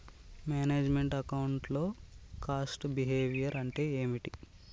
Manage meant account లో cost behaviour అంటే ఏమిటి?